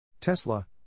tesla